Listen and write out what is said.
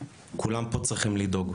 כולם פה צריכים לדאוג.